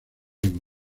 griego